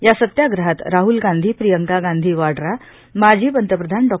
या सत्याग्रहात राहूल गांधी प्रियंका गांधी वाड्रा माजी पंतप्रधान डॉ